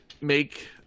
Make